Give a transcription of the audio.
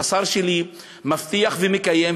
השר שלי מבטיח ומקיים,